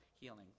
healing